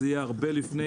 זה יהיה הרבה לפני,